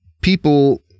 people